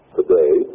today